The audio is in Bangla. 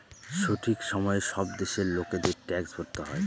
সঠিক সময়ে সব দেশের লোকেদের ট্যাক্স ভরতে হয়